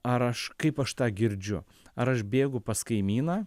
ar aš kaip aš tą girdžiu ar aš bėgu pas kaimyną